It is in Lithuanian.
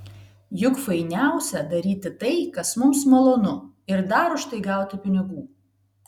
juk fainiausia daryti tai kas mums malonu ir dar už tai gauti pinigų